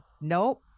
nope